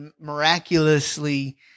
miraculously